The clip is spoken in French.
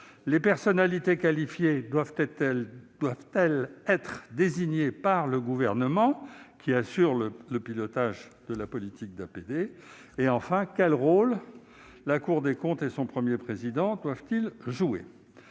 les personnalités qualifiées doivent-elles être désignées par le Gouvernement, qui assure le pilotage de la politique d'APD ? Troisièmement, quel rôle la Cour des comptes et son premier président doivent-ils jouer ?